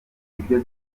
nibyo